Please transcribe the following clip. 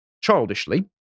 childishly